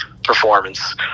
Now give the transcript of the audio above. performance